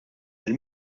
mill